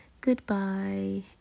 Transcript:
goodbye